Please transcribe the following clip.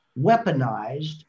weaponized